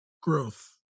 growth